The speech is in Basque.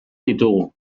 ditugu